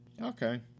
Okay